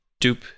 Dupe